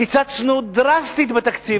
קיצצנו דרסטית בתקציב,